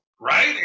right